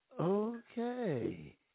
Okay